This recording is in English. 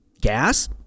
gas